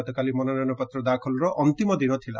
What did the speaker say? ଗତକାଲି ମନୋନୟନ ପତ୍ର ଦାଖଲର ଅନ୍ତିମ ଦିନ ଥିଲା